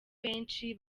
benshi